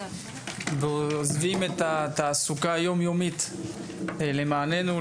עוזבים את התעסוקה יומיומית למעננו,